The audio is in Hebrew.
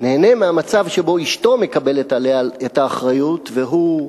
נהנה מהמצב שבו אשתו מקבלת עליה את האחריות, והוא,